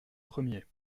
premier